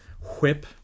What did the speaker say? Whip